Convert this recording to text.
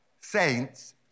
saints